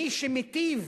מי שמטיב